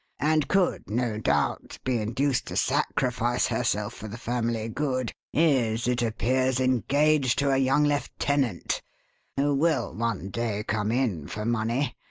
and could, no doubt, be induced to sacrifice herself for the family good, is, it appears, engaged to a young lieutenant who will one day come in for money,